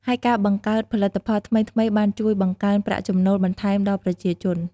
ហើយការបង្កើតផលិតផលថ្មីៗបានជួយបង្កើនប្រាក់ចំណូលបន្ថែមដល់ប្រជាជន។